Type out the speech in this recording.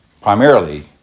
primarily